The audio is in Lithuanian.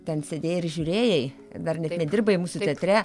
ten sėdėjai ir žiūrėjai dar net nedirbai mūsų teatre